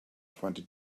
twenty